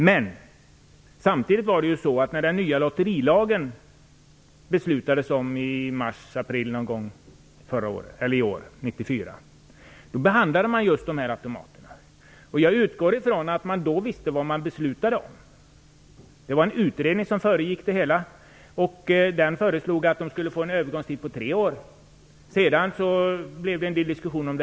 När det beslutades om den nya lotterilagen i marsapril 1994 behandlade man just de här automaterna. Jag utgår ifrån att man då visste vad man beslutade om. Det var en utredning som föregick det hela. Den föreslog att de skulle få en övergångstid på tre år. Sedan blev det en del diskussion om detta.